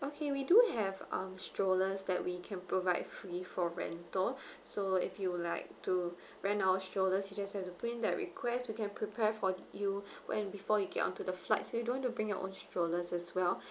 okay we do have um strollers that we can provide free for rental so if you like to rent our strollers you just have to print that request we can prepare for you when before you get onto the flights you don't want to bring your own strollers as well